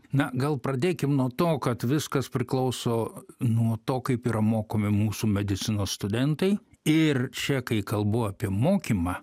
na gal pradėkim nuo to kad viskas priklauso nuo to kaip yra mokomi mūsų medicinos studentai ir čia kai kalbu apie mokymą